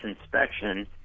inspection